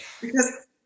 Because-